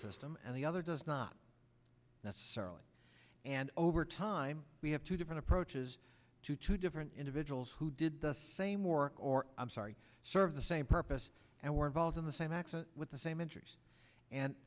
system and the other does not necessarily and over time we have two different approaches to two different individuals who did the same work or i'm sorry serve the same purpose and were involved in the same accident with the same injuries and